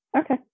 Okay